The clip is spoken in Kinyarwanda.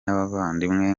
n’abavandimwe